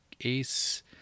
ace